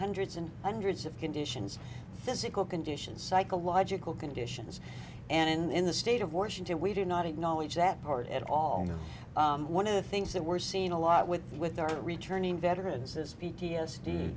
hundreds and hundreds of conditions physical conditions psychological conditions and in the state of washington we do not acknowledge that part at all one of the things that we're seeing a lot with with our returning veterans is